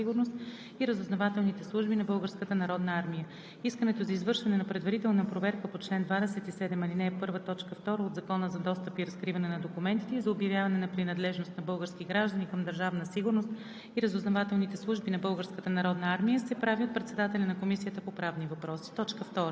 от Закона за достъп и разкриване на документите и за обявяване на принадлежност на български граждани към Държавна сигурност и разузнавателните служби на Българската народна армия. Искането за извършване на предварителна проверка по чл. 27, ал. 1, т. 2 от Закона за достъп и разкриване на документите и за обявяване на принадлежност на български граждани към Държавна сигурност